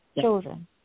children